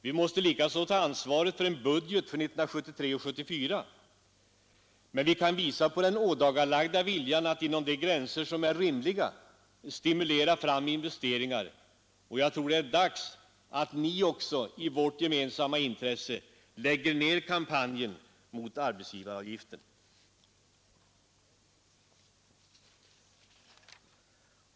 Vi måste likaså ta ansvar för en budget för 1973/74, men vi kan visa på den ådagalagda viljan att inom de gränser som är rimliga stimulera fram investeringar — och jag tror det är dags att ni också, i vårt gemensamma intresse, lägger ned kampen mot arbetsgivaravgiften!